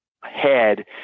head